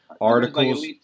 Articles